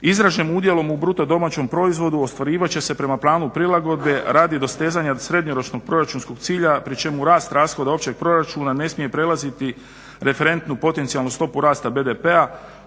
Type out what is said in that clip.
izražen udjelom u bruto domaćem proizvodu ostvarivat će se prema planu prilagodbe radi dostezanja srednjoročnog proračunskog cilja pri čemu rast rashoda općeg proračuna ne smije prelaziti referentnu potencijalnu stopu rasta BDP-a